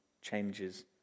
changes